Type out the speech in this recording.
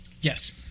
Yes